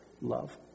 love